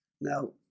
now